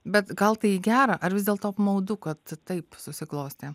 bet gal tai į gera ar vis dėlto apmaudu kad taip susiklostė